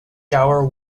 gower